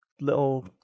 little